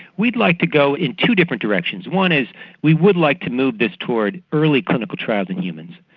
we'd like to go in two different directions. one is we would like to move this toward early clinical trials in humans,